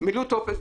מילאו טופס,